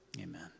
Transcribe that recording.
amen